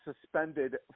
suspended